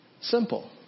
Simple